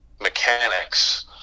mechanics